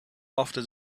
after